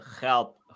help